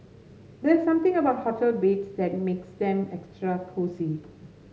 there's something about hotel beds that makes them extra cosy